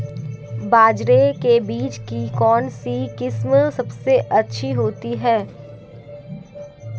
बाजरे के बीज की कौनसी किस्म सबसे अच्छी होती है?